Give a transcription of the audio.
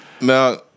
now